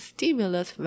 Stimulus